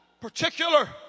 particular